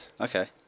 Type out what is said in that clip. Okay